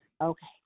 Okay